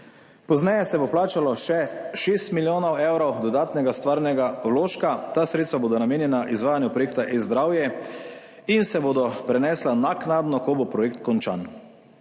Pozneje se bo plačalo še 6 milijonov evrov dodatnega stvarnega vložka, ta sredstva bodo namenjena izvajanju projekta e-zdravje in se bodo prenesla naknadno, ko bo projekt končan.